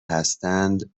هستند